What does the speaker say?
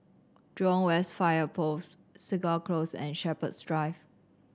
Jurong West Fire Post Segar Close and Shepherds Drive